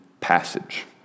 passage